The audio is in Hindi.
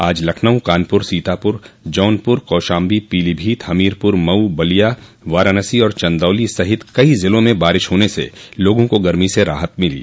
आज लखनऊ कानपुर सीतापुर जौनपुर कौशाम्बी पीलीभीत हमीरपुर मऊ बलिया वाराणसी और चंदौली सहित कई जिलों में बारिश होने स लोगों को गर्मी से राहत मिली